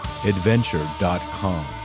adventure.com